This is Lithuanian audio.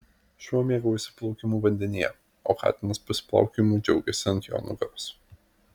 šuo mėgaujasi plaukimu vandenyje o katinas pasiplaukiojimu džiaugiasi ant jo nugaros